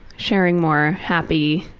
sharing more happy,